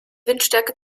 windstärke